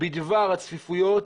בדבר הצפיפות,